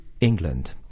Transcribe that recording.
England